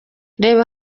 reba